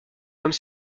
comme